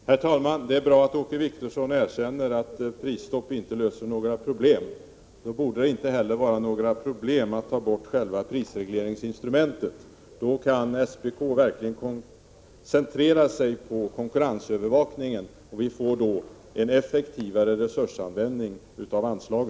Stätenspris och Herr talman! Det är bra att Åke Wictorsson erkänner att prisstopp inte kartellnämnd löser några problem. Då borde det inte heller vara några problem att ta bort själva prisregleringsinstrumentet, och då kan SPK verkligen koncentrera sig på konkurrensövervakning, vilket innebär en effektivare resursanvändning.